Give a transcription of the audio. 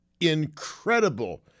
incredible